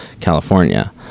California